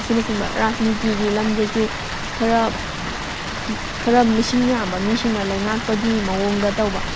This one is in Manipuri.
ꯑꯁꯤꯅꯆꯤꯡꯕ ꯔꯥꯖꯅꯤꯇꯤꯒꯤ ꯂꯝꯗꯁꯨ ꯈꯔ ꯈꯔ ꯃꯤꯁꯤꯡ ꯌꯥꯝꯕ ꯃꯤꯁꯤꯡꯅ ꯂꯩꯉꯥꯛꯄꯒꯤ ꯃꯑꯣꯡꯗ ꯇꯧꯕ